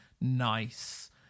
nice